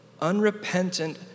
unrepentant